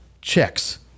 checks